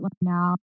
now